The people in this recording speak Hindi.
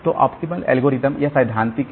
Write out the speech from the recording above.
तो ऑप्टिमल ऐल्गरिदम यह सैद्धांतिक है